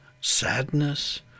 sadness